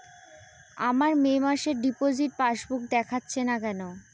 আমার মে মাসের ডিপোজিট পাসবুকে দেখাচ্ছে না কেন?